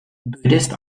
buddhist